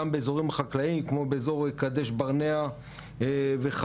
באזורים חקלאים כמו באזור קדש ברנע וכו'.